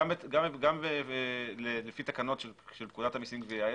גם לפי תקנות פקודת המיסים גבייה.